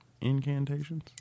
incantations